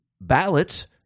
ballots